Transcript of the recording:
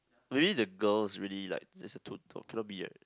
maybe the girls really like just the two cannot be right